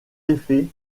effets